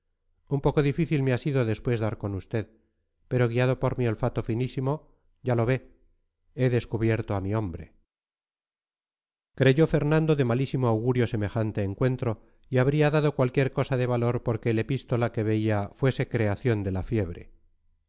un poco difícil me ha sido después dar con usted pero guiado por mi olfato finísimo ya lo ve he descubierto a mi hombre creyó fernando de malísimo augurio semejante encuentro y habría dado cualquier cosa de valor por que el epístola que veía fuese creación de la fiebre